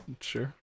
sure